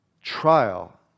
trial